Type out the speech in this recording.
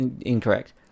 incorrect